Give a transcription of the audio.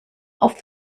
auf